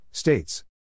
States